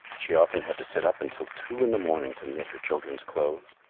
she often had to sit up until two in the morning to knit her children's clothes,